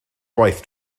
gwaith